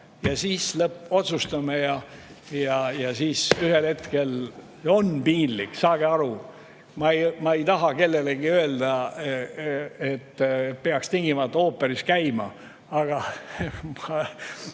ja siis otsustame. Ühel hetkel on piinlik. Saage aru! Ma ei taha kellelegi öelda, et ta peaks tingimata ooperis käima, aga ma